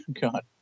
god